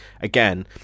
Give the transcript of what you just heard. again